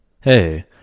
Hey